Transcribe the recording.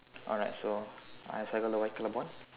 alright so I circle the white colour board